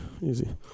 easy